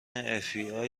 fbi